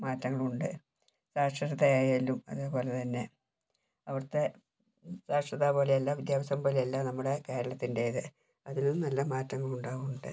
മാറ്റങ്ങളുണ്ട് സാക്ഷരതയായാലും അതേപോലെതന്നെ അവിടുത്തെ സാക്ഷരത പോലെയല്ല വിദ്യാഭ്യാസം പോലെയല്ല നമ്മുടെ കേരളത്തിൻ്റെത് അതിലും നല്ല മാറ്റങ്ങളുണ്ടാവുന്നുണ്ട്